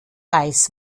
weiß